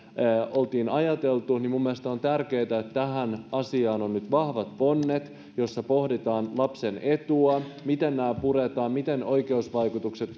oltiin ajateltu joten minun mielestäni on tärkeätä että tähän asiaan on nyt vahvat ponnet joissa pohditaan lapsen etua ja sitä miten nämä puretaan miten oikeusvaikutukset